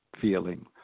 feeling